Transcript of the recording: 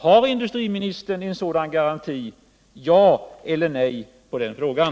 Har industriministern en sådan garanti? Svara ja eller nej på den frågan!